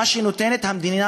מה שנותנת המדינה,